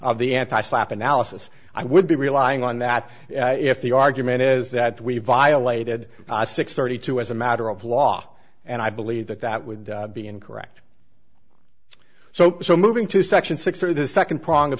f the anti slapp analysis i would be relying on that if the argument is that we violated a six thirty two as a matter of law and i believe that that would be incorrect so so moving to section six or the second prong of